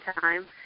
time